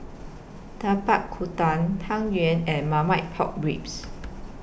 Tapak Kuda Tang Yuen and Marmite Pork Ribs